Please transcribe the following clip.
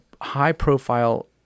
high-profile